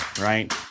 right